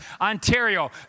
Ontario